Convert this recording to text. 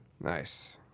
Nice